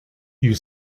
you